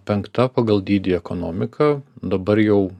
penkta pagal dydį ekonomika dabar jau